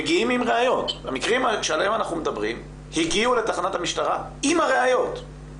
המקרים שעליהם אנחנו מדברים הגיעו לתחנת המשטרה עם הראיות,